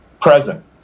present